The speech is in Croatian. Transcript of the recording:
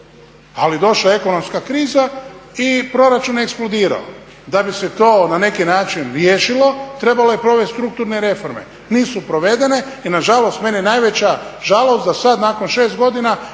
je došla ekonomska kriza i proračuna je eksplodirao. Da bi se to na neki način riješilo trebalo je provesti strukturne reforme. Nisu provedene i nažalost meni je najveća žalost da sada nakon 6 godina